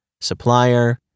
Supplier